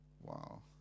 wow